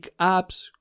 apps